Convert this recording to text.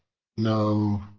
no,